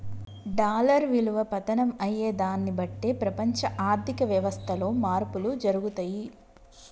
dollar విలువ పతనం అయ్యేదాన్ని బట్టే ప్రపంచ ఆర్ధిక వ్యవస్థలో మార్పులు జరుగుతయి